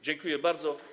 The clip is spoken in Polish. Dziękuję bardzo.